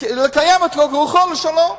לקיים אותו כרוחו וכלשונו.